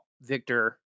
Victor